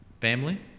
Family